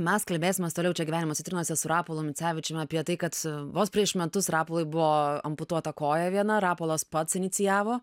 mes kalbėsimės toliau čia gyvenimo citrinose su rapolu micevičiumi apie tai kad vos prieš metus rapolui buvo amputuota koja viena rapolas pats inicijavo